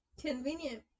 Convenient